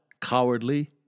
cowardly